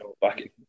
back